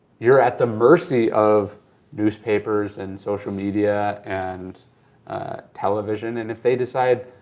you're at the mercy of newspapers and social media and television. and if they decide,